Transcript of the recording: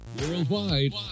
Worldwide